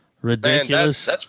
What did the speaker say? ridiculous